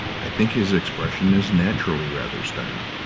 i think his expression is naturally rather stern.